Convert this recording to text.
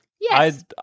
Yes